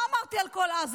לא אמרתי על כל עזה,